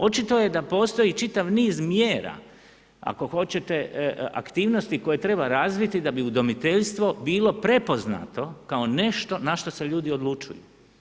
Očito je da postoji čitav niz mjera, ako hoćete aktivnosti koje treba razviti da bi udomiteljstvo bilo prepoznato kao nešto na što se ljudi odlučuju.